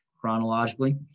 chronologically